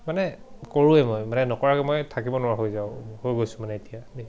মানে কৰোৱেই মই মানে নকৰাকৈ মই থাকিব নোৱাৰা হৈ যাওঁ হৈ গৈছো মানে এতিয়া দেই